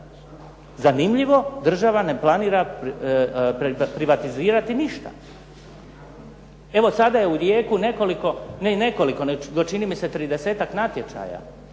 Zanimljivo, država ne planira privatizirati ništa. Evo sada je u tijeku nekoliko, ne nekoliko nego čini mi se tridesetak